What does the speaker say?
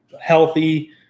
healthy